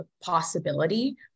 possibility